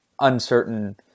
uncertain